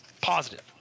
Positive